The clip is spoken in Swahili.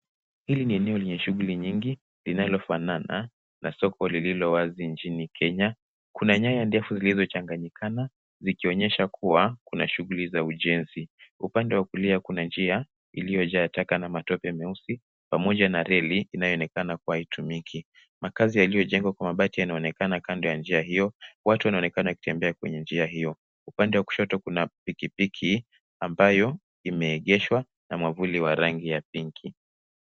Hili ni eneo lenyes hughuli nyingi linalofanana na soko lililo wazi nchini Kenya. Kuna nyaya ndefu zilizochanganyikana zikionyesha kuwa kuna shughuli za ujenzi. Upande wa kulia kuna nji iliyojaa taka na matope meusi pamoja na reli inayoonekana kuwa haitumiki. Makazi yaliyojengwa kwa mabati yanaonekana kando ya njia hio. Watu wanaonekana wakitembea kwenye njia hio. Upande wa kushoto kuna pikipiki ambayo imeegeshwa na mwavuli wa rangi ya pinki.